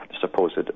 supposed